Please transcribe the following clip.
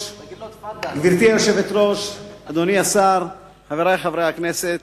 גברתי היושבת-ראש, אדוני השר, חברי חברי הכנסת,